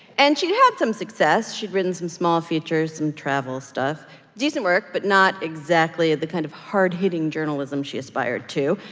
and she'd had some success. she'd written some small features, some travel stuff decent work, but not exactly the kind of hard-hitting journalism she aspired to.